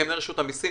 כמנהל רשות המיסים,